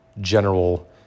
general